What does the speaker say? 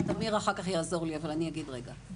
תמיר אחר כך יעזור לי, אבל אני אגיד רגע.